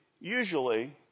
usually